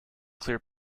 clear